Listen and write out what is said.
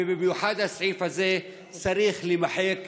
ובמיוחד הסעיף הזה צריך להימחק,